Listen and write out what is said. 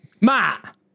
matt